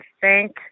thank